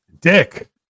Dick